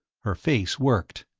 her face worked.